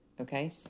okay